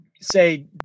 say